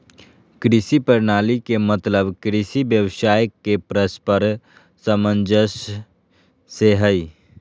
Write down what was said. कृषि प्रणाली के मतलब कृषि व्यवसाय के परस्पर सामंजस्य से हइ